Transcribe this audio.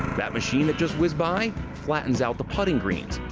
that machine that just whizzed by flattens out the putting greens.